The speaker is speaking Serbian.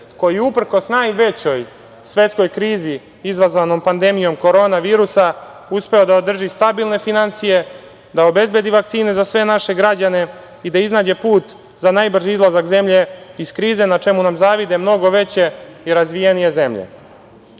koji je uprkos najvećoj svetskoj krizi izazvanoj pandemijom korona virusa uspeo da održi stabilne finansije, da obezbedi vakcine za sve naše građane i da iznađe put za najbrži izlazak zemlje iz krize, na čemu nam zavide mnogo veće i razvijenije zemlje. Kao